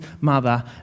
mother